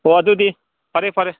ꯍꯣ ꯑꯗꯨꯗꯤ ꯐꯔꯦ ꯐꯔꯦ